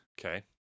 Okay